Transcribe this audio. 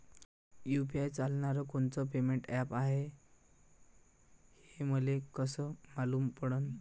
UPI चालणारं कोनचं payment app हाय, हे मले कस मालूम पडन?